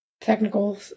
technical